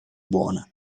buona